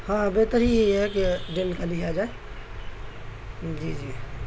ہاں بہتر ہی یہ ہے کہ ڈیل کا لیے آ جائے جی جی